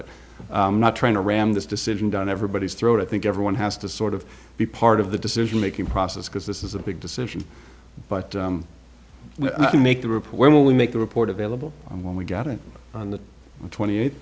it not trying to ram this decision down everybody's throat i think everyone has to sort of be part of the decision making process because this is a big decision but to make the report when we make the report available when we get it on the twenty eighth